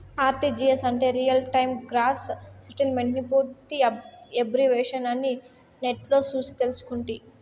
RTGS అంటే real time gross సెటిల్మెంటని పూర్తి ఎబ్రివేషను అని నెట్లో సూసి తెల్సుకుంటి